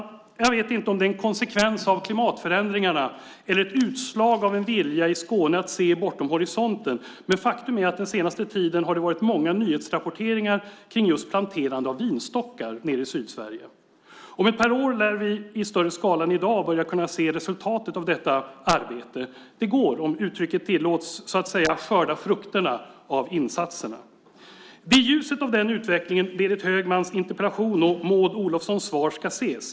Jag vet inte om det är en konsekvens av klimatförändringarna eller ett utslag av en vilja i Skåne att se bortom horisonten, men faktum är att den senaste tiden har det varit många nyhetsrapporteringar om just planterande av vinstockar nere i Sydsverige. Om ett par år lär vi i större skala än i dag kunna se resultatet av detta arbete. Det går, om uttrycket tillåts, att skörda frukterna av insatserna. Det är i ljuset av den utvecklingen som Berit Högmans interpellation och Maud Olofssons svar ska ses.